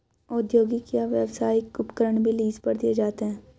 औद्योगिक या व्यावसायिक उपकरण भी लीज पर दिए जाते है